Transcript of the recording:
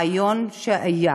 הרעיון שהיה,